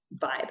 vibe